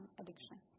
addiction